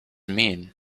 mean